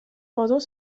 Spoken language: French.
pendant